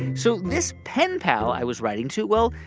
so this pen pal i was writing to well,